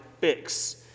fix